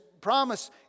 Promise